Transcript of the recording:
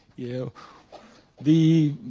you know the